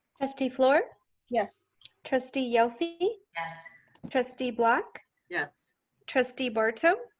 trustee fluor yes trustee yelsey yes trustee black yes trustee barto